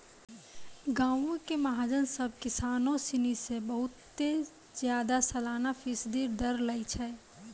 गांवो के महाजन सभ किसानो सिनी से बहुते ज्यादा सलाना फीसदी दर लै छै